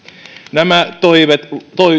nämä toimet